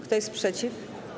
Kto jest przeciw?